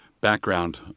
background